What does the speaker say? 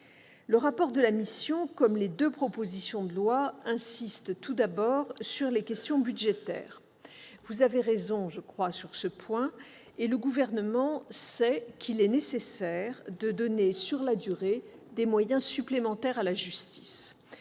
le rapport de la mission comme dans les deux propositions de loi, l'accent est tout d'abord mis sur les questions budgétaires. Vous avez raison sur ce point, et le Gouvernement sait qu'il est nécessaire de donner, sur la durée, des moyens supplémentaires à la justice.